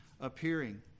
appearing